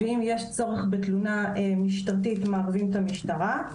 ואם יש צורך בתלונה משטרתית מערבים את המשטרה.